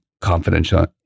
confidential